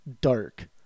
dark